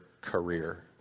career